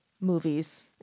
movies